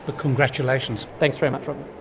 but congratulations. thanks very much robyn.